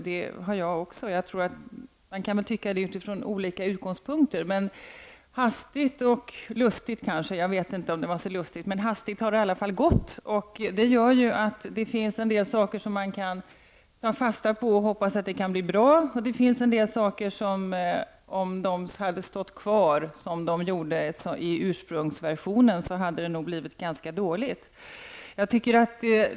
Man kan ha olika utgångspunkter för detta ställningstagande, men det har i alla fall gått hastigt och lustigt -- jag vet inte om det egentligen var så lustigt --, vilket gör att det finns endel saker som man kan ta fasta på och hoppas att de skall leda till någonting bra, samtidigt som det finns andra saker som i sitt ursprungliga skick kunde ha lett till någonting ganska dåligt.